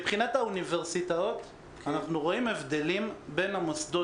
מבחינת האוניברסיטאות אנחנו רואים הבדלים בין המוסדות